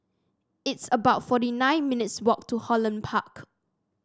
it's about forty nine minutes' walk to Holland Park